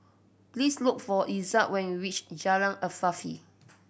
please look for Ezzard when you reach Jalan Afifi